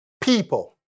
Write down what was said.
people